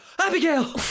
Abigail